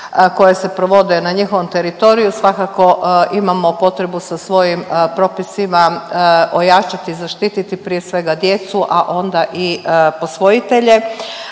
koje se provode na njihovom teritoriju. Svakako imamo potrebu sa svojim propisima ojačati i zaštiti prije svega djecu, a onda i posvojitelje.